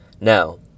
Now